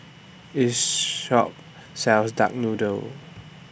This Shop sells Duck Noodle